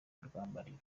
rwambariro